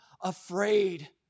afraid